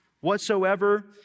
Whatsoever